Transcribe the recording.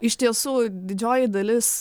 iš tiesų didžioji dalis